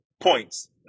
points